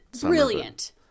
Brilliant